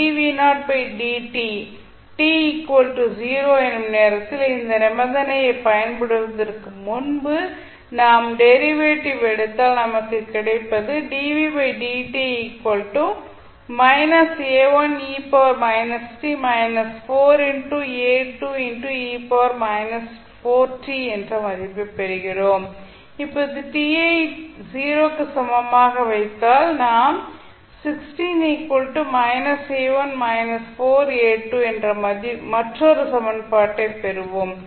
t 0 என்ற நேரத்தில் இந்த நிபந்தனையைப் பயன்படுத்துவதற்கு முன்பு நாம் முதலில் டெரிவேட்டிவ் எடுத்தால் நமக்கு கிடைப்பது என்ற மதிப்பைப் பெறுகிறோம் இப்போது t ஐ 0 க்கு சமமாக வைத்தால் நாம் என்ற மற்றொரு சமன்பாட்டைப் பெறுவோம்